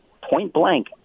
point-blank